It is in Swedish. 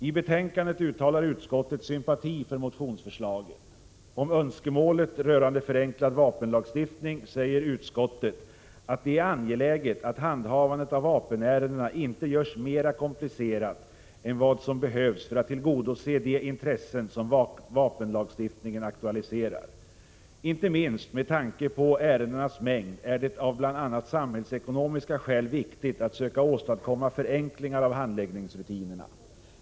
I betänkandet uttalar utskottet sympati för motionsförslagen. Om önskemålet rörande förenklad vapenlagstiftning säger utskottet att det är angeläget att handhavandet av vapenärendena inte görs mera komplicerat än vad som behövs för att tillgodose de intressen som vapenlagstiftningen aktualiserar. Inte minst med tanke på ärendenas mängd är det av bl.a. samhällsekonomiska skäl viktigt att söka åstadkomma förenklingar av handläggningsrutinerna.